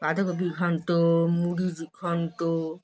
বাঁধাকপির ঘন্টো মুড়ির ঘন্টো